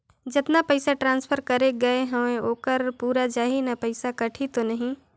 जतना पइसा ट्रांसफर करे गये हवे ओकर पूरा जाही न पइसा कटही तो नहीं?